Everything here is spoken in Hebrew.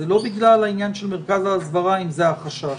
זה לא בגלל מרכז ההסברה אם זה החשש.